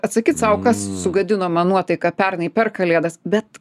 atsakyt sau kas sugadino man nuotaiką pernai per kalėdas bet